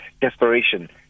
desperation